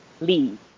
leave